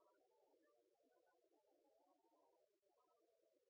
være at jeg